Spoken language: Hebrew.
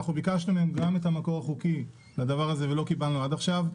ביקשנו מהם גם את המקור החוקי לדבר הזה ולא קיבלנו עד עכשיו.